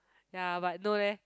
ya but no leh